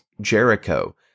Jericho